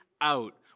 out